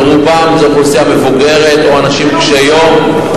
ורובם זו אוכלוסייה מבוגרת, או אנשים קשי יום.